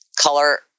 Color